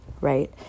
right